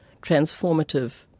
transformative